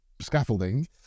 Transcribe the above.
scaffolding